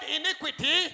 iniquity